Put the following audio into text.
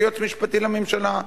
יש יועץ משפטי לממשלה,